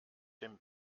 dem